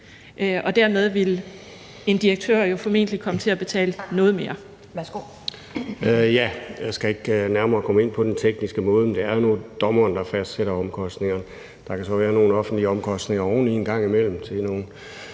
og dermed ville en direktør jo formentlig komme til at betale noget mere.